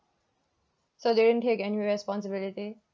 so they didn't take any responsibility